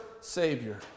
Savior